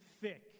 thick